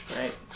right